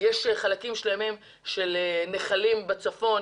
יש חלקים שלמים של נחלים בצפון